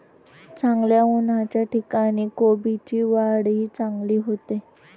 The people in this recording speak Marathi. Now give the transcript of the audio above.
चांगल्या उन्हाच्या ठिकाणी कोबीची वाढही चांगली होते